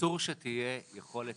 אסור שתהיה יכולת